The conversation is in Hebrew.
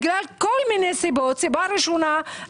מכל מיני סיבות - אחת,